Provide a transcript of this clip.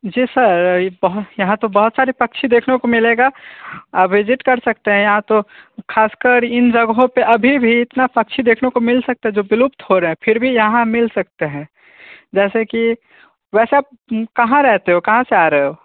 जी sir बहूँ यहाँ तो बहुत सारे पक्षी देखने को मिलेगा आप विजिट कर सकते हैं यहाँ तो ख़ास कर इन जगहों पर अभी भी इतने पक्षी देखने को मिल सकता है जो विलुप्त हो रहें फिर भी यहाँ मिल सकते हैं जैसे कि वैसे आप कहाँ रहते हो कहाँ से आ रहे हो